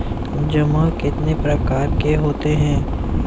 जमा कितने प्रकार के होते हैं?